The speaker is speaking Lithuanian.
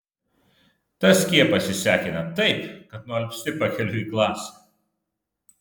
tas skiepas išsekina taip kad nualpsti pakeliui į klasę